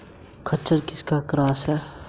खच्चर किसका क्रास है?